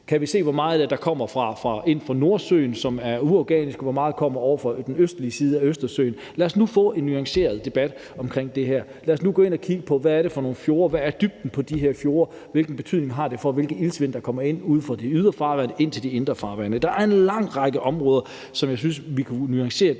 Kan vi se, hvor meget af det, som er uorganisk, der kommer ind fra Nordsøen, og hvor meget der kommer ovre fra den østlige side af Østersøen? Lad os nu få en nuanceret debat omkring det her, og lad os nu gå ind at kigge på, hvad det er for nogle fjorde, hvad dybden er på de her fjorde, og hvilken betydning det har for, hvilket iltsvind der kommer ind ude fra de ydre farvande til de indre farvande. Der er en lang række områder, som jeg synes kunne nuancere